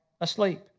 asleep